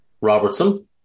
Robertson